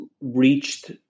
reached